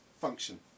function